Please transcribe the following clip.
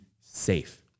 safe